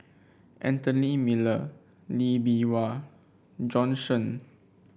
Anthony Miller Lee Bee Wah Bjorn Shen